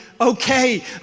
okay